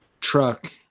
truck